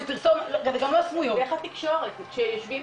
דרך התקשורת, כשיושבים